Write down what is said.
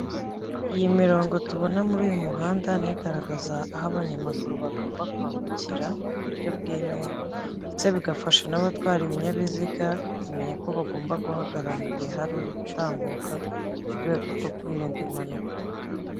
Iyi mirongo tubona muri uyu muhanda ni igaragaza aho abanyamaguru bagomba kwambukira mu buryo bwemewe, ndetse bigafasha n'abatwara ibinyabiziga kumenya ko bagomba guhagarara, mu gihe hari uri gutambuka, mu rwego rwo kwirinda impanuka.